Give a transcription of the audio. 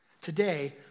Today